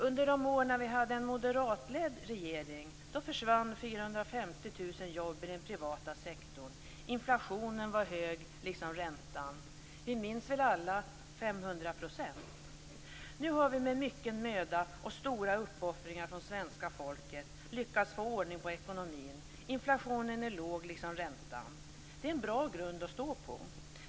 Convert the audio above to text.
Under de år som vi hade en moderatledd regering försvann 450 000 jobb i den privata sektorn. Inflationen liksom räntan var hög. Vi minns alla 500 %. Nu har vi med mycken möda och stora uppoffringar från svenska folket lyckats få ordning på ekonomin. Inflationen liksom räntan är låg. Det är en bra grund att stå på.